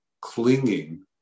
clinging